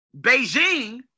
Beijing